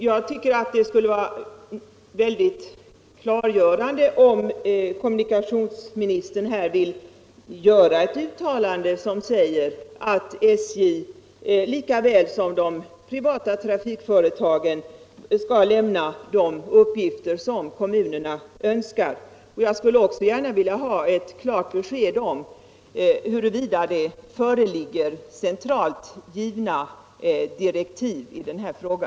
Jag tycker det skulle vara väldigt värdefullt om kommunikationsministern här ville göra ett uttalande om att SJ lika väl som de privata trafikföretagen skall lämna de uppgifter som kommunerna önskar få. Jag skulle också gärna vilja ha ett klart besked om huruvida det föreligger centralt givna direktiv i denna fråga.